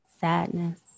sadness